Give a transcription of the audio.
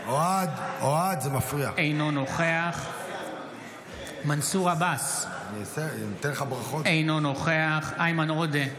אינו נוכח מנסור עבאס, אינו נוכח איימן עודה,